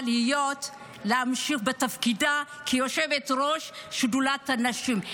להמשיך בתפקידה כיושבת-ראש שדולת הנשים,